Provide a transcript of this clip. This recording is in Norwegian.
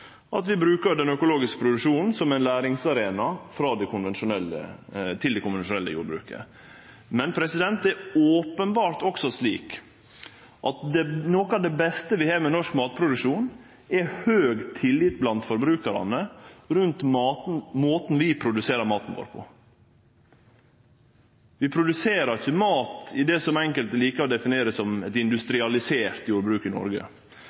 at vi brukar den økologiske produksjonen som ein læringsarena for det konvensjonelle jordbruket. Men det er openbert også slik at noko av det beste vi har med norsk matproduksjon, er høg tillit blant forbrukarane når det gjeld måten vi produserer maten vår på. Vi produserer ikkje mat i det som enkelte likar å definere som eit industrialisert jordbruk i Noreg.